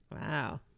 Wow